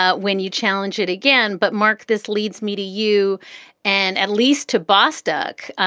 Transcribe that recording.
ah when you challenge it again. but, mark, this leads me to you and at least to bostik,